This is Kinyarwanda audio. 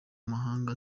muhanda